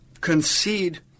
concede